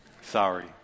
sorry